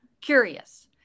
curious